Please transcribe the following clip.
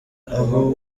aho